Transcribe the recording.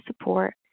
support